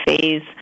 phase